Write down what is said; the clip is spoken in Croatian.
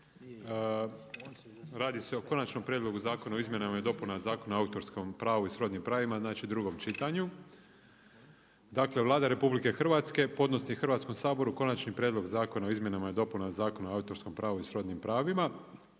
radi se o konačnom prijedlogu zakona o izmjenama i dopuna Zakona o autorskom pravu i srodnim pravima. Znači drugom čitanju. Dakle, Vlada RH, podnosi Hrvatskom saboru konačni prijedlog zakona o izmjenama i dopunama Zakona o autorskom pravu i srodnim pravima.